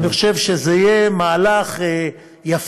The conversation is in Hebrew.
אני חושב שזה יהיה מהלך יפה.